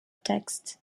text